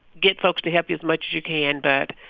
get folks to help you as much as you can. but,